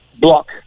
block